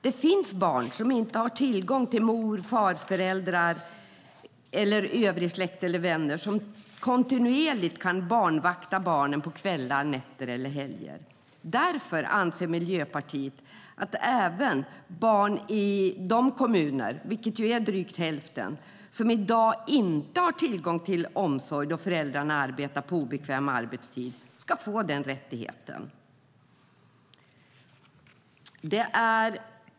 Det finns barn som inte har tillgång till mor eller farföräldrar eller övrig släkt eller vänner som kontinuerligt kan barnvakta barnen på kvällar, nätter eller helger. Därför anser Miljöpartiet att även barn i de kommuner, vilket är drygt hälften, som i dag inte har tillgång till omsorg då föräldrarna arbetar på obekväm arbetstid ska få den rättigheten.